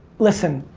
listen.